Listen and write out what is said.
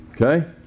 Okay